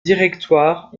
directoire